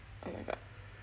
oh my god